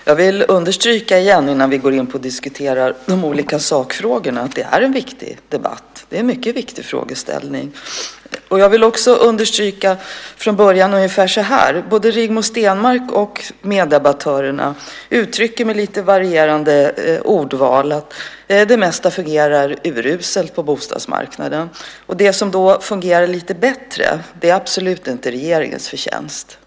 Fru talman! Jag vill innan vi diskuterar de olika sakfrågorna igen understryka att det är en viktig debatt. Det är en mycket viktig frågeställning. Både Rigmor Stenmark och meddebattörerna uttrycker med lite varierande ordval att det mesta fungerar uruselt på bostadsmarknaden. Det som fungerar lite bättre är absolut inte regeringens förtjänst.